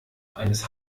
eines